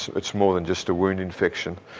it's more than just a wound infection.